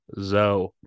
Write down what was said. Zoe